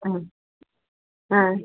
हाँ हाँ